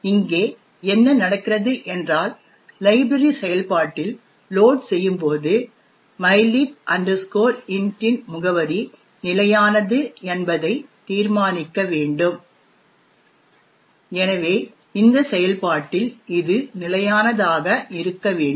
இங்கே என்ன நடக்கிறது என்றால் லைப்ரரி செயல்பாட்டில் லோட் செய்யும் போது mylib int இன் முகவரி நிலையானது என்பதை தீர்மானிக்க வேண்டும் எனவே இந்த செயல்பாட்டில் இது நிலையானதாக இருக்க வேண்டும்